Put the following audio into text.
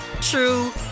true